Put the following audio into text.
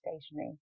stationary